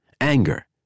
Anger